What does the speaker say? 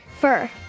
Fur